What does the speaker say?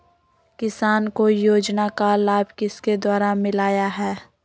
किसान को योजना का लाभ किसके द्वारा मिलाया है?